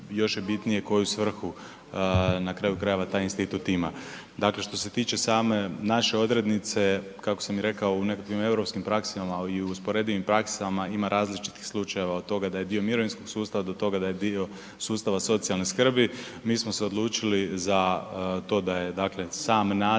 još je bitnije koju svrhu na kraju krajeva taj institut još ima. Dakle, što se tiče same naše odrednice kako sam rekao u nekakvim europskim praksama i u usporedivim praksama ima različitih slučajeva od toga da je dio mirovinskog sustava, do toga da je dio sustava socijalne skrbi. Mi smo se odlučili za to da je sam naziv